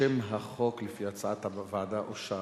שם החוק לפי הצעת הוועדה אושר.